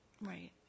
Right